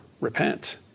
repent